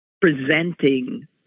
presenting